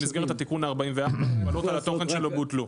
במסגרת התיקון ה-44 ההגבלות על התוכן שלו בוטלו.